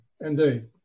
indeed